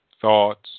thoughts